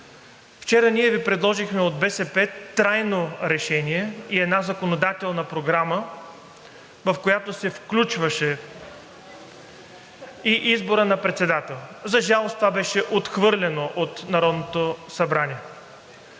Вчера ние от БСП Ви предложихме трайно решение и една законодателна програма, в която се включваше и избор на председател. За жалост, това беше отхвърлено от Народното събрание.